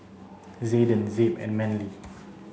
Zayden Zeb and Manley